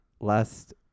Last